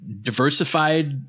diversified